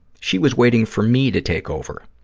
she was waiting for me to take over.